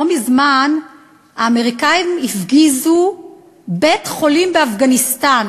לא מזמן האמריקנים הפגיזו בית-חולים באפגניסטן,